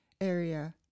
area